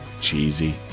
Cheesy